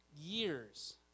years